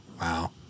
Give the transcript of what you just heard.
Wow